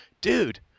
dude